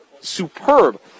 superb